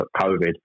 covid